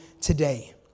today